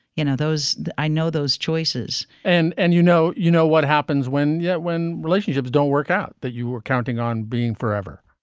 you know those i know those choices and, and you know, you know what happens when yet when relationships don't work out that you were counting on being forever,